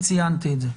ציינתי את זה,